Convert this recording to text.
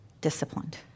disciplined